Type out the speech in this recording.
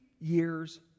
years